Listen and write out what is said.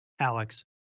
Alex